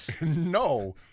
No